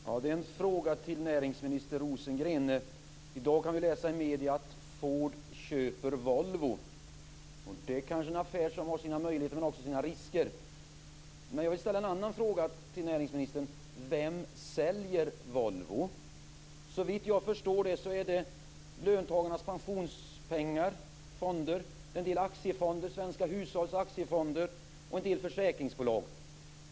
Herr talman! Jag har en fråga till näringsminister I dag kan vi läsa i medierna att Ford köper Volvo. Det kanske är en affär som har sina möjligheter, men den har också sina risker. Såvitt jag förstår är det löntagarnas pensionspengar i olika fonder; det är en del aktiefonder, svenska hushålls aktiefonder och en del försäkringsbolag.